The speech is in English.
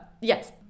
Yes